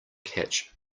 catch